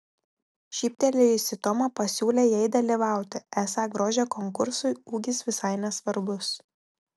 šyptelėjusi toma pasiūlė jai dalyvauti esą grožio konkursui ūgis visai nesvarbus